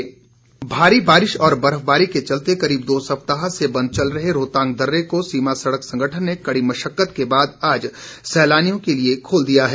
रोहतांग भारी बारिश और बर्फबारी के चलते करीब दो सप्ताह से बंद चल रहे रोहतांग दर्र को सीमा सड़क संगठन ने कड़ी मशक्कत के बाद आज सैलानियों के लिये खोल दिया है